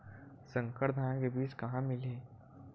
संकर धान के बीज कहां मिलही?